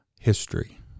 history